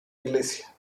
iglesia